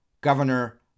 governor